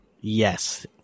Yes